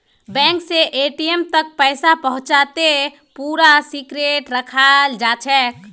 bank स ATM तक पैसा पहुंचाते पूरा सिक्रेट रखाल जाछेक